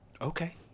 Okay